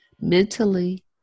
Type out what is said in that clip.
mentally